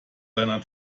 seiner